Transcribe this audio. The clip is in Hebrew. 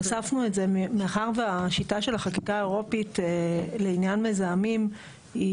הוספנו את זה מאחר והשיטה של החקיקה האירופית לעניין מזהמים היא